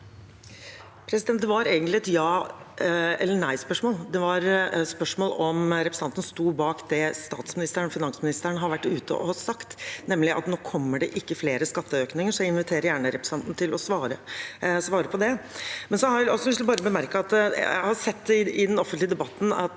Det var egent- lig et ja- eller nei-spørsmål. Det var et spørsmål om representanten sto bak det statsministeren og finansministeren har vært ute og sagt, nemlig at nå kommer det ikke flere skatteøkninger. Jeg inviterer gjerne representanten til å svare på det. Jeg har også lyst til å bemerke at jeg har sett i den offentlige debatten at